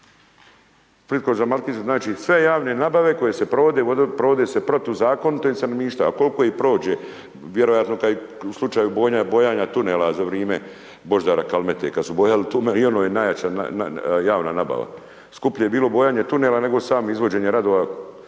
Splitsko-dalmatinska. Znači sve javne nabave koje se provode, provode se protuzakonito ili se namješta a koliko ih prođe, vjerojatno u slučaju bojanja tunela za vrijeme Božidara Kalmete kad su bojali tunel i ono je najjača javna nabava, skuplje je bilo bojanje tunela nego samo izvođenje radova